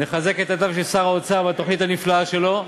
נחזק את ידיו של שר האוצר בתוכנית הנפלאה שלו,